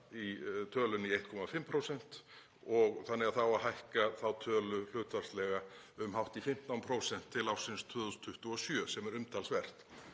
tölunni í 1,5% þannig að það á að hækka þá tölu hlutfallslega um hátt í 15% til ársins 2027 sem er umtalsvert.